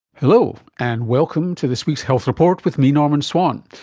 hello, and welcome to this week's health report with me, norman swan.